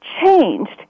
changed